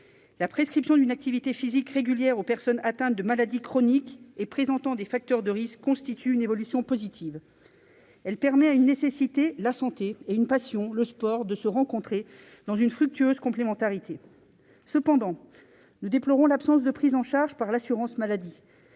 La prescription d'une activité physique régulière aux personnes atteintes de maladie chronique et présentant des facteurs de risque constitue une évolution positive. Elle permet à une nécessité, la santé, et à une passion, le sport, de se rencontrer, dans une fructueuse complémentarité. Cependant, nous déplorons l'absence de prise en charge par l'assurance maladie.